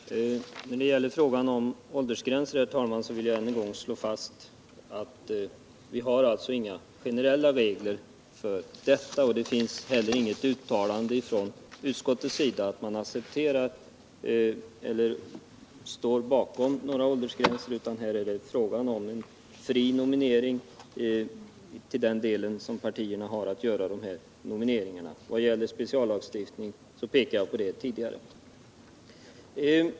Herr talman! När det gäller frågan om åldersgränser vill jag än en gång slå fast, att vi inte har några generella regler på den punkten. Det finns heller inga uttalanden från utskottet om att man står bakom några åldersgränser. Här är det fråga om en fri nominering till den del som partierna har att göra den. Speciallagstiftningen pekade jag på tidigare.